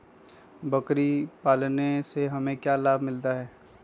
बकरी पालने से हमें क्या लाभ मिलता है?